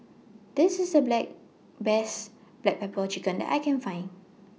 This IS The Black Best Black Pepper Chicken that I Can Find